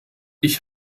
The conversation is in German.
ich